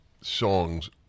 songs